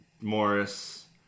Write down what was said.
Morris